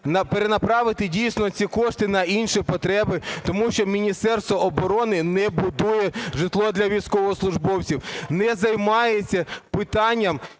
перенаправити дійсно ці кошти на інші потреби. Тому що Міністерство оборони не будує житло для військовослужбовців, не займається питанням